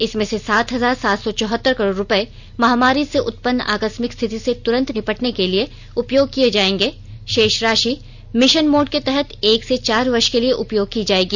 इसमें से सात हजार सात सौ चौहतर करोड़ रुपये महामारी से उत्पन्न आकस्मिक स्थिति से तुरंत निपटने के लिए उपयोग किये जायेंगे शेष राशि मिशन मोड के तहत एक से चार वर्ष के लिए उपयोग की जायेगी